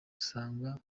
usanga